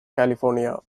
california